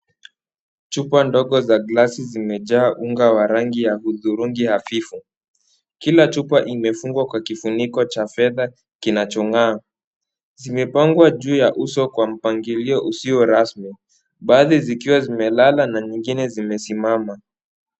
Chupa ndogo za glasi zimejaa unga wa rangi ya hudhurungi hafifu. Kila chupa imefungwa kwa kifuniko cha fedha kinachong'aa. Zimepangwa juu ya uso kwa mpangilio usio rasmi. Baadhi zikiwa zimelala na nyingine zimesimama.